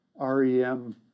REM